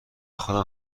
خودم